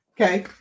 okay